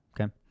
Okay